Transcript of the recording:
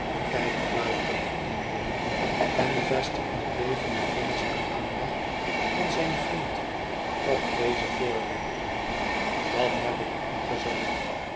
kijk fluistert de inwoner en vestigt met bevende vingers de aandacht van zijn vriend op deze voorwerpen dat heb ik u gezegd